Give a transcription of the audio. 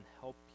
help